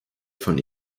von